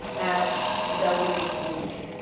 at the belyuen community,